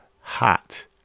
hot